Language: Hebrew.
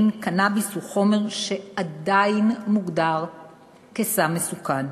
קנאביס הוא חומר שעדיין מוגדר כסם מסוכן,